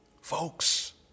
Folks